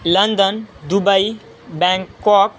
London Dubai Bangkok